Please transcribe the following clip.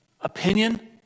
opinion